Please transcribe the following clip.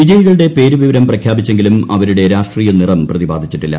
വിജയികളുടെ പേരു വിവരം പ്രഖ്യാപിച്ചെങ്കിലും അവരുടെ രാഷ്ട്രീയ നിറം പ്രതിപാദിച്ചിട്ടില്ല